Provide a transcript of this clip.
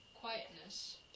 quietness